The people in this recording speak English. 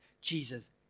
Jesus